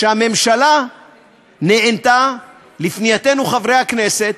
שהממשלה נענתה לפנייתנו, חברי הכנסת.